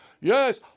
yes